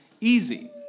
easy